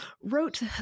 wrote